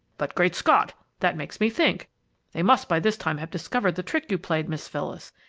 but, great scott that makes me think they must by this time have discovered the trick you played, miss phyllis,